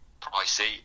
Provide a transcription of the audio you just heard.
pricey